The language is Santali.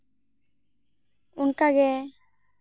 ᱚᱱᱠᱟᱜᱮ